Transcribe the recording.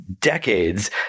decades